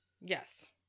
Yes